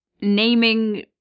naming